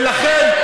ולכן,